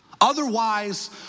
otherwise